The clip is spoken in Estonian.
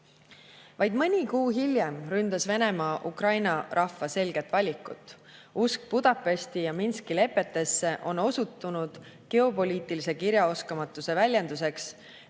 Vaid mõni kuu hiljem ründas Venemaa Ukraina rahva selget valikut. Usk Budapesti ja Minski lepetesse on osutunud geopoliitilise kirjaoskamatuse väljenduseks